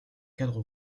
cadre